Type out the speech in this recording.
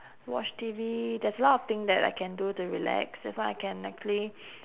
watch T_V there's a lot of thing that I can do to relax if not I can actually